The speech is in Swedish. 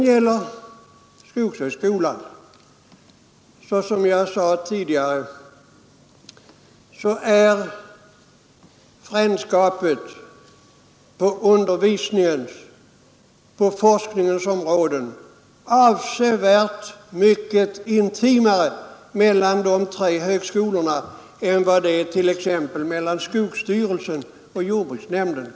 Vad skogshögskolan beträffar har jag tidigare sagt att frändskapet på undervisningen och forskningens områden är avsevärt mera intimt mellan de tre högskolorna än mellan t.ex. skogsstyrelsen och jordbruksnämnden.